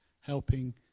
helping